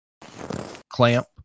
clamp